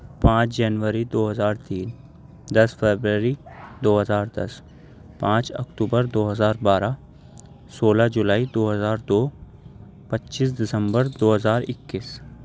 پانچ جنوری دو ہزار تین دس فروری دو ہزار دس پانچ اکتوبر دو ہزار بارہ سولہ جولائی دو ہزار دو پچیس دسمبر دو ہزار اکیس